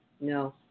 no